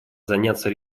заняться